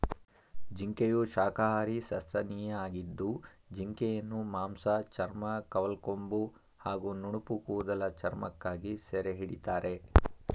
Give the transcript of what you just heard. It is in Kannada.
ಜಿಂಕೆಯು ಶಾಖಾಹಾರಿ ಸಸ್ತನಿಯಾಗಿದ್ದು ಜಿಂಕೆಯನ್ನು ಮಾಂಸ ಚರ್ಮ ಕವಲ್ಕೊಂಬು ಹಾಗೂ ನುಣುಪುಕೂದಲ ಚರ್ಮಕ್ಕಾಗಿ ಸೆರೆಹಿಡಿತಾರೆ